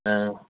ꯑꯥ